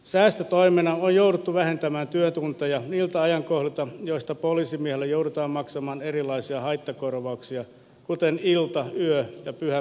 säästötoimena on jouduttu vähentämään työtunteja virtaa ja koluta joista olisi vielä joudutaan maksamaan erilaisia haittakorvauksia kuten ilta yö ja pyhä